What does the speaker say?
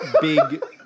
big